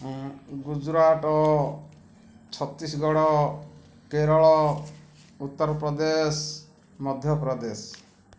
Gujarat Chhattisgarh Kerala Uttar Pradesh Madhya Pradesh